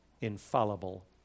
infallible